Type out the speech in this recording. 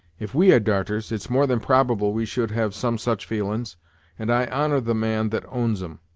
if we had darters, it's more than probable we should have some such feelin's and i honor the man that owns em.